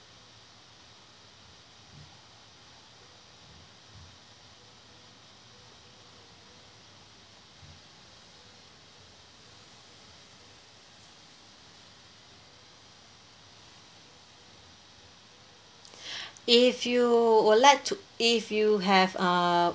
if you would like to if you have err